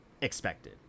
expected